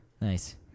Nice